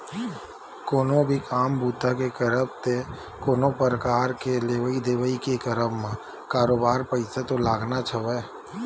कोनो भी काम बूता के करब ते कोनो परकार के लेवइ देवइ के करब म बरोबर पइसा तो लगनाच हवय